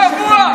צבוע.